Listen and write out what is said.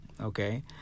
okay